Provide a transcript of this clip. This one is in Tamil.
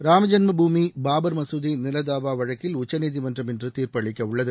ராம ஜென்ம பூமி பாபர் மசூதி நில தாவா வழக்கில் உச்சநீதிமன்றம் இன்று தீர்ப்பளிக்கவுள்ளது